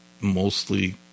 mostly